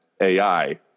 AI